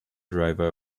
driver